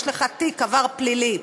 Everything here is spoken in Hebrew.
יש לך תיק, עבר פלילי.